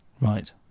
Right